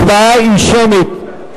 הצבעה שמית,